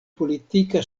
politika